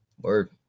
Word